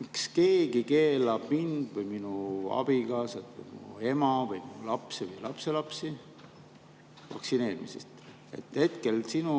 Miks keegi keelab mind või minu abikaasat või mu ema või mu lapsi või lapselapsi vaktsineerimast? Hetkel sinu